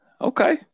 Okay